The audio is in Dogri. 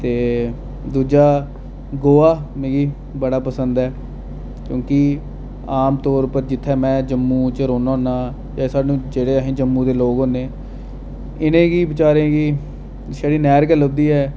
ते दूजा गोवा मिगी बड़ा पसंद ऐ क्योंकि आम तौर पर जित्थै में जम्मू च रौह्न्नां होन्ना एह् साह्नूं जेह्ड़े अस जम्मू दे लोक होन्ने इ'नें गी बचारें गी छड़ी नैह्र गै लभदी ऐ